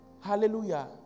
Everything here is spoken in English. Hallelujah